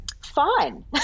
fine